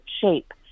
shape